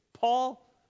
Paul